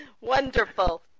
Wonderful